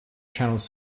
channels